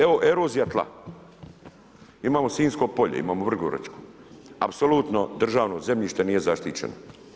Evo erozija tla, imamo Sinjsko polje, imamo Vrgoračko, apsolutno državno zemljište nije zaštićeno.